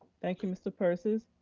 thank you, mr. persis.